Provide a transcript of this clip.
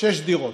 שש דירות.